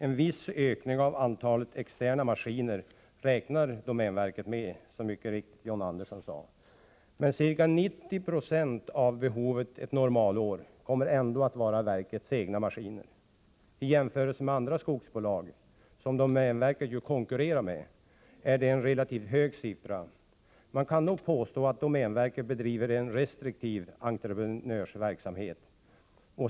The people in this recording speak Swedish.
En viss ökning av antalet externa maskiner räknar domänverket med, som John Andersson mycket riktigt sade. Men ca 90 90 av behovet ett normalår kommer ändå att täckas av verkets egna maskiner. I jämförelse med andra skogsbolag — som domänverket ju konkurrerar med — är det en relativt hög siffra. Man kan nog påstå, att domänverket bedriver en restriktiv entreprenörsverksamhet.